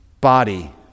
body